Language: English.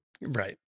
Right